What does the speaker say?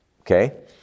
Okay